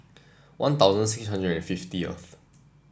One Thousand six hundred and fiftieth